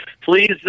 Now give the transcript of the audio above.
please